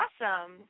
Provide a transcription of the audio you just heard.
awesome